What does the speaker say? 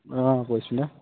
অঁ পৰিস্মিতা